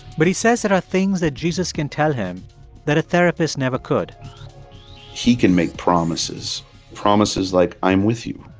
but he says there are things that jesus can tell him that a therapist never could he can make promises promises like, i'm with you,